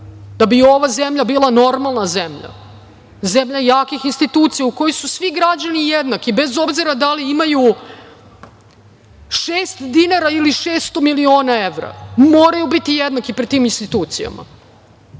da bi ova zemlja bila normalna zemlja, zemlja jakih institucija u kojoj su svi građani jednaki, bez obzira da li imaju šest dinara ili 600 miliona evra, moraju biti jednaki pred tim institucijama. Dakle,